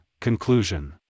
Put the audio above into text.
Conclusion